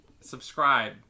Subscribe